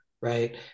right